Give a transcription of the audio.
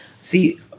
see